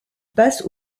passe